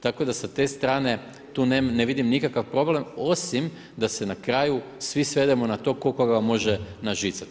Tako da s te strane, tu ne vidim nikakav problem, osim, da se na kraju svi svedemo na to, tko koga može nažicati.